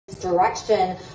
direction